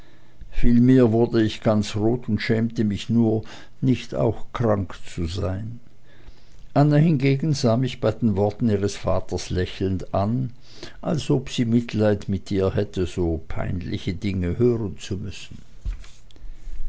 vielmehr wurde ich ganz rot und schämte mich nur nicht auch krank zu sein anna hingegen sah mich bei den worten ihres vaters lächelnd an als ob sie mitleid mit mir hätte so peinliche dinge hören zu müssen